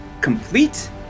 complete